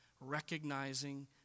recognizing